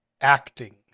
Acting